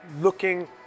looking